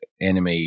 anime